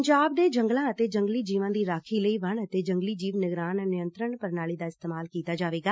ਪੰਜਾਬ ਦੇ ਜੰਗਲਾਂ ਅਤੇ ਜੰਗਲੀ ਜੀਵਾਂ ਦੀ ਰਾਖੀ ਲਈ ਵਨ ਅਤੇ ਜੰਗਲੀ ਜੀਵ ਨਿਗਰਾਨ ਨਿਯੰਤਰਨ ਪੁਣਾਲੀ ਦਾ ਇਸਤੇਮਾਲ ਕੀਤਾ ਜਾਵੇਗਾ